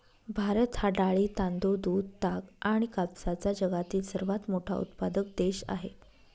भारत हा डाळी, तांदूळ, दूध, ताग आणि कापसाचा जगातील सर्वात मोठा उत्पादक देश आहे